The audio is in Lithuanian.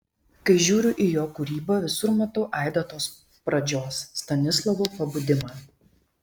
kai žiūriu į jo kūrybą visur matau aidą tos pradžios stanislovo pabudimą